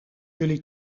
jullie